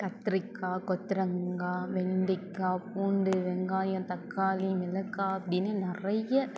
கத்திரிக்காய் கொத்தரங்காய் வெண்டிக்காய் பூண்டு வெங்காயம் தக்காளி மிளகாய் அப்படின்னு நிறைய